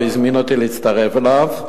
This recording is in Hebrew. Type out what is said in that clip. הוא הזמין אותי להצטרף אליו,